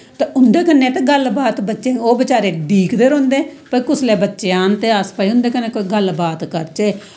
ते उंदे कन्ने ते गल्ल बात बच्चें ओह् बचारे डीकदे रौंह्दे भाई कुसलै बच्चे आन ते भाई उंदे कन्नै कोई गल्ल बात करचै